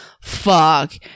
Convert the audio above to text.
Fuck